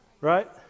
Right